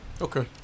Okay